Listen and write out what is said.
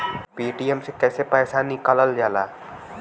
Paytm से कैसे पैसा निकलल जाला?